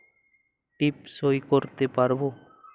টিপ সই করতে পারবো?